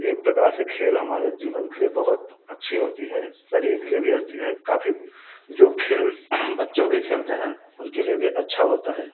एक प्रकार से खेल हमारे जीवन के लिए बहुत अच्छी होती है शरीर के लिए भी होती है काफ़ी जाे खेल बच्चों भी खेलते हैं उनके लिए भी अच्छा होता है